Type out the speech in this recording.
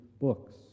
books